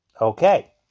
Okay